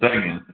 black and white